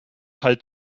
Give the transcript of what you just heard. halt